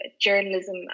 journalism